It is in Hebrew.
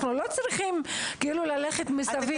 אנחנו לא צריכים ללכת מסביב.